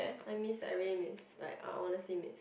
I miss I really miss like I honestly miss